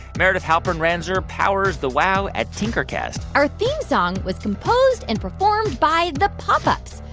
meredith halpern-ranzer powers the wow at tinkercast our theme song was composed and performed by the pop ups.